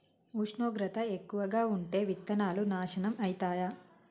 ఉష్ణోగ్రత ఎక్కువగా ఉంటే విత్తనాలు నాశనం ఐతయా?